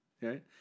Right